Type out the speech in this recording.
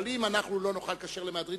אבל אם אנחנו לא נאכל כשר למהדרין,